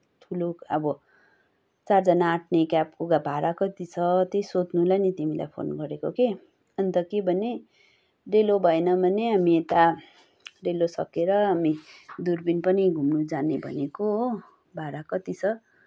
ठुलो अब चारजना अट्ने क्याबको भाडा कति छ त्यही सोध्नलाई नि तिमीलाई फोन गरेको के अन्त के भने डेलो भएन भने हामी यता डेलो सकेर हामी दुर्बिन पनि घुम्न जाने भनेको हो भाडा कति छ